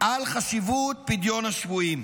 על חשיבות פדיון השבויים.